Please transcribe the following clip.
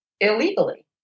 illegally